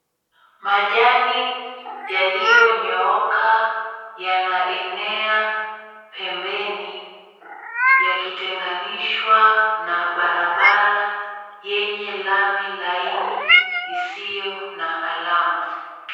Majani yaliyonyooka yanaenea pembeni yakitenganishwa na barabara yenye lami laini isiyo na alama.